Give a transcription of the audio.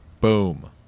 boom